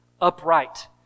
upright